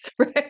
right